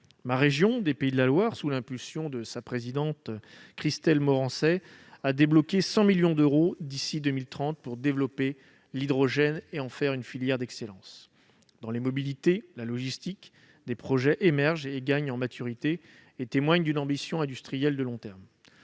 la région des Pays de la Loire, sous l'impulsion de sa présidente, Christelle Morançais, débloquera 100 millions d'euros d'ici à 2030 pour développer l'hydrogène et en faire une filière d'excellence. Dans les mobilités, la logistique, des projets émergent et gagnent en maturité, témoignant d'une ambition industrielle de long terme.